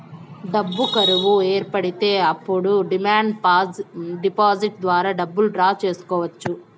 డబ్బు కరువు ఏర్పడితే అప్పుడు డిమాండ్ డిపాజిట్ ద్వారా డబ్బులు డ్రా చేసుకోవచ్చు